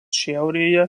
šiaurėje